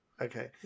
okay